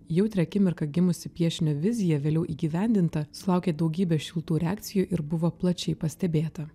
jautria akimirka gimusi piešinio vizija vėliau įgyvendinta sulaukė daugybės šiltų reakcijų ir buvo plačiai pastebėta